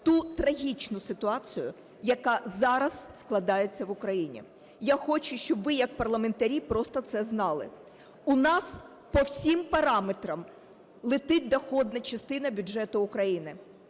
ту трагічну ситуацію, яка зараз складається в Україні. Я хочу, щоб ви як парламентарі просто це знали. У нас по всім параметрам летить доходна частина бюджету України.